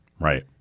Right